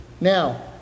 Now